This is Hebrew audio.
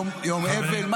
יום אבל.